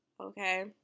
okay